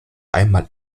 einmal